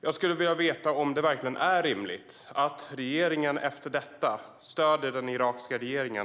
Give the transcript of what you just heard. Jag skulle vilja veta om det verkligen är rimligt att regeringen efter detta stöder den irakiska regeringen.